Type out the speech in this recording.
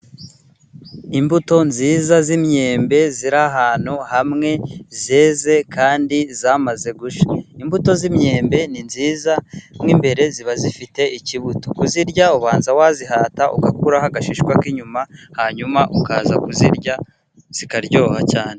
Imbuto nziza z'imyembe ziri ahantu hamwe zeze kandi zamaze gushya, imbuto z'imyembe ni nziza nk'imbere ziba zifite urubuto, kuzirya ubanza wazihata ugakuraho agashishwa k'inyuma hanyuma ukaza kuzirya zikaryoha cyane.